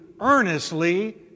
earnestly